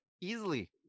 easily